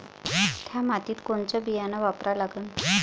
थ्या मातीत कोनचं बियानं वापरा लागन?